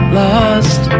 lost